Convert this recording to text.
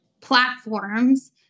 platforms